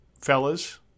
fellas